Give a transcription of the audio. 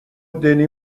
دنی